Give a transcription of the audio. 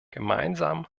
gemeinsam